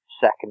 Second